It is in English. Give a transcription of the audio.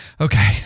Okay